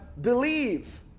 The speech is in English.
Believe